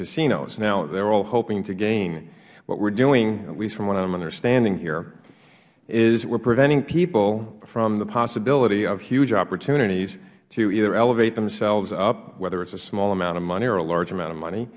casinos now they are all hoping to gain what we are doing at least from what i an understanding here is we are preventing people from the possibility of huge opportunities to either elevate themselves up whether it is a small amount of money or a large amount of money